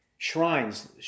Shrines